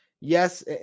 Yes